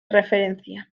referencia